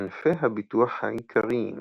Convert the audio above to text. ענפי הביטוח העיקריים